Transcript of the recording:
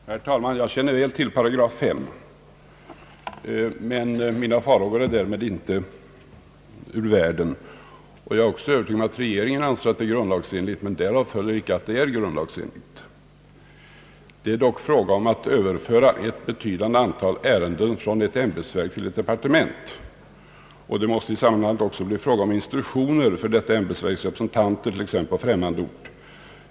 Herr talman! Jag känner mycket väl till 85, men mina farhågor är därmed inte ur världen. Jag är också övertygad om att regeringen anser att det är grundlagsenligt, men därav följer inte att det är grundlagsenligt. Det är dock fråga om att överföra ett betydande antal ärenden från ett ämbetsverk till ett departement. Det måste därför också bli fråga om instruktioner för detta ämbetsverks representanter, t.ex. för dem som är på främmande ort.